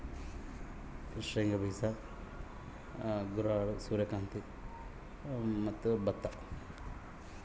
ಕೆಂಪು ಮಣ್ಣಿಗೆ ಸೂಕ್ತವಾದ ಬೆಳೆಗಳು ಯಾವುವು?